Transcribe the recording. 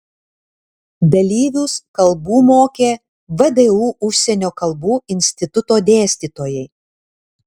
dalyvius kalbų mokė vdu užsienio kalbų instituto dėstytojai